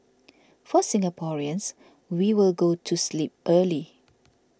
for Singaporeans we will go to sleep early